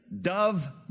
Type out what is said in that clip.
Dove